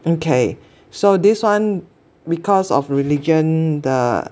okay so this one because of religion the